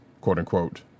quote-unquote